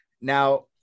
Now